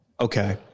Okay